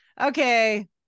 okay